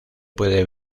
puede